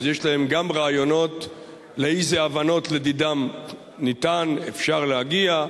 אז יש להם גם רעיונות לאיזה הבנות לדידם ניתן ואפשר להגיע.